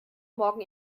morgen